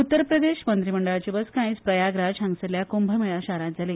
उत्तर प्रदेश मंत्रीमंडळाची बसका आयज प्रयाग राज हांगसरल्या कुंभमेळा शारांत जातली